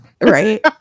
right